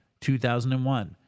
2001